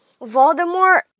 Voldemort